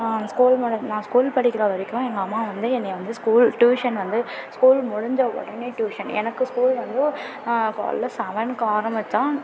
நான் ஸ்கூல் முடி நான் ஸ்கூல் படிக்கிற வரைக்கும் எங்கள் அம்மாவை வந்து என்னை வந்து ஸ்கூல் டியூஷன் வந்து ஸ்கூல் முடிஞ்ச உடனே டியூஷன் எனக்கு ஸ்கூல் வந்து காலையில் செவனுக்கு ஆரம்பித்தா